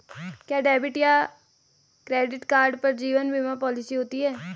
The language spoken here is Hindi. क्या डेबिट या क्रेडिट कार्ड पर जीवन बीमा पॉलिसी होती है?